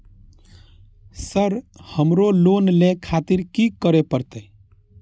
Sir हमरो loan ले खातिर की करें परतें?